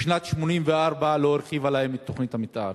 משנת 1984 לא הרחיבה להם את תוכנית המיתאר.